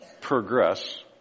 progress